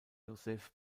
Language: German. joseph